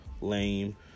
Lame